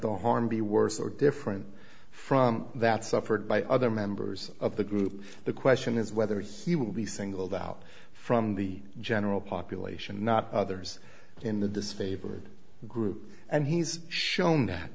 the harm be worse or different from that suffered by other members of the group the question is whether he will be singled out from the general population not others in the disfavored group and he's shown that